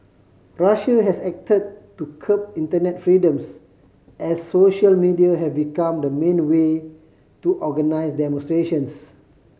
Russia has acted to curb internet freedoms as social media have become the main way to organise demonstrations